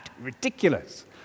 ridiculous